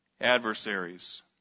adversaries